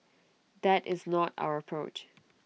that is not our approach